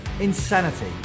insanity